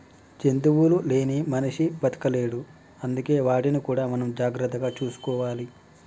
జంతువులు లేని మనిషి బతకలేడు అందుకే వాటిని కూడా మనం జాగ్రత్తగా చూసుకోవాలి